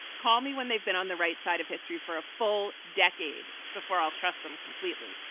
call me when they've been on the right side of history for a full decade before i'll trust them completely.